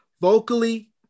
vocally